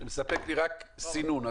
שמספק לי רק סינון.